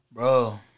Bro